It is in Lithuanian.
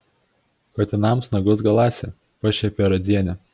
katinams nagus galąsi pašiepė radzienę